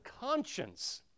conscience